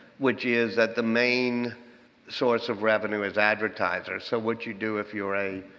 which is that the main source of revenue is advertisers. so what you do if you're a